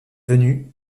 venu